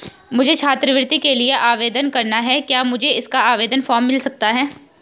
मुझे छात्रवृत्ति के लिए आवेदन करना है क्या मुझे इसका आवेदन फॉर्म मिल सकता है?